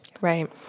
Right